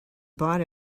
bought